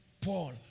Paul